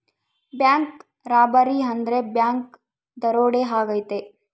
bank robbery ಅಂದ್ರೆ bank ದರೋಡೆ ಆಗೈತೆ